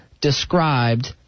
described